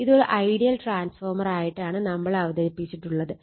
ഇത് ഒരു ideal transformer ആയിട്ടാണ് നമ്മൾ അവതരിപ്പിച്ചിട്ടുള്ളത്